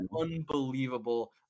unbelievable